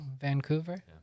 Vancouver